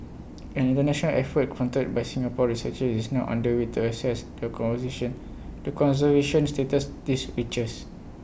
an International effort fronted by Singapore researchers is now under way to assess the conversation the conservation status these creatures